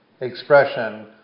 expression